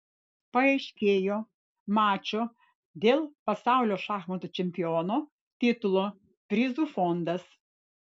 paaiškėjo mačo dėl pasaulio šachmatų čempiono titulo prizų fondas